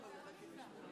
סליחה.